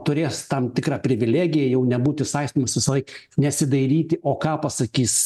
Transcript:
turės tam tikrą privilegiją jau nebūti saistomas visąlaik nesidairyti o ką pasakys